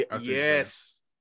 yes